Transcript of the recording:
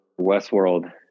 Westworld